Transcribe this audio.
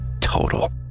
total